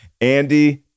Andy